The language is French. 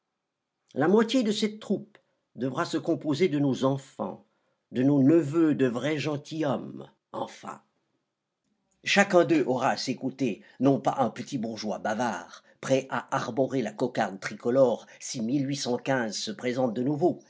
la moitié de cette troupe devra se composer de nos enfants de nos neveux de vrais gentilshommes enfin chacun d'eux aura à ses côtés non pas un petit bourgeois bavard prêt à arborer la cocarde tricolore si se présente de nouveau